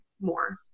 more